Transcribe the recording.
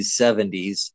70s